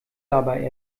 dabei